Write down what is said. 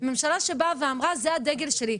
ממשלה שבאה ואמרה 'זה הדגל שלי,